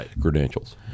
credentials